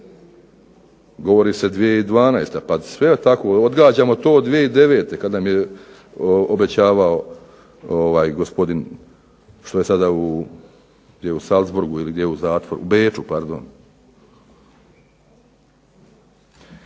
Govori se 2012., pa sve tako odgađamo 2009. kada nam je obećavao gospodin što je sada u Salzburgu u